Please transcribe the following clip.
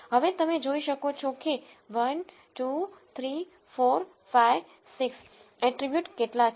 હવે તમે જોઈ શકો છો કે 1 2 3 4 5 6 એટ્રીબ્યુટ કેટલા છે